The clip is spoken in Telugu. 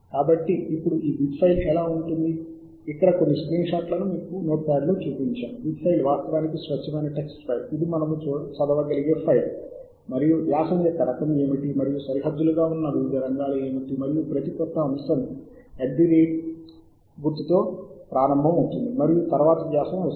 నోట్ ప్యాడ్లో ఈ విధముగా ఉంటుంది ప్రతి వస్తువు వద్ద గుర్తు మరియు ఉంటుంది ఒక ఆర్టికల్ రకం తరువాత మనము చదవగలిగే సమాచారము ASCII ఫార్మాట్ లో పూర్తి టెక్స్ట్ అందుబాటులో ఉంది మీరు ఇక్కడ చదవవచ్చు